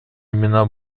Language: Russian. имена